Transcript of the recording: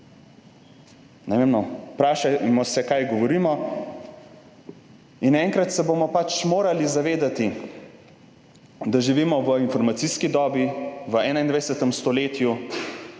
Ne vem, vprašajmo se kaj govorimo in enkrat se bomo pač morali zavedati, da živimo v informacijski dobi, v 21. stoletju,